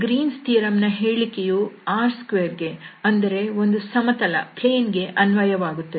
ಈ Green's theorem Green's Theorem ನ ಹೇಳಿಕೆಯು R2ಗೆ ಅಂದರೆ ಒಂದು ಸಮತಲ ಕ್ಕೆ ಅನ್ವಯವಾಗುತ್ತದೆ